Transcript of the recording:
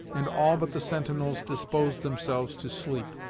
and all but the sentinels disposed themselves to sleep.